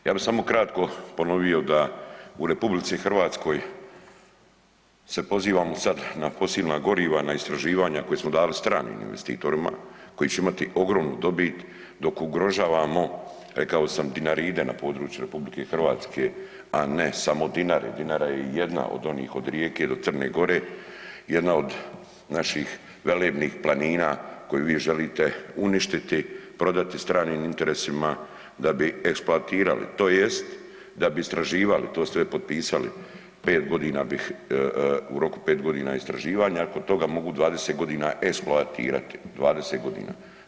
Ja bi samo kratko ponovio da u RH se pozivamo sad na fosilna goriva, na istraživanja koja smo dali stranim investitorima, koji će imati ogromnu dobit dok ugrožavamo rekao sam Dinaride na području RH, a ne samo Dinare, Dinara je jedna od onih od Rijeke do Crne Gore, jedan od naših velebnih planina koju vi želite uništiti i prodati stranim interesima da bi eksploatirali tj. da bi istraživali, to ste već potpisali 5.g. bih, u roku 5.g. istraživanja, nakon toga mogu 20.g. eksploatirati, 20.g.